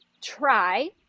try